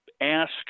ask